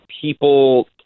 people